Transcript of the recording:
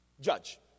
judge